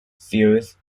sears